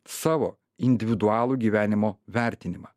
savo individualų gyvenimo vertinimą